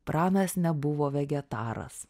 pranas nebuvo vegetaras